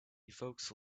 evokes